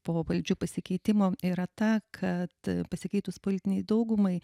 po valdžių pasikeitimo yra ta kad pasikeitus politinei daugumai